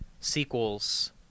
sequels